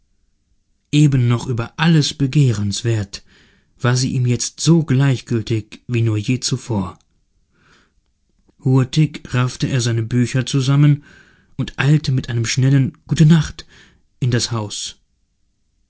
eben noch über alles begehrenswert war sie ihm jetzt so gleichgültig wie nur je zuvor hurtig raffte er seine bücher zusammen und eilte mit einem schnellen gute nacht in das haus